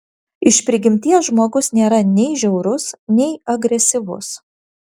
iš prigimties žmogus nėra nei žiaurus nei agresyvus